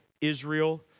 Israel